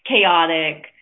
chaotic